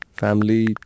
Family